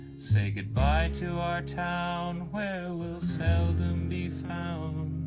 say goodbye to our town where we'll seldom be found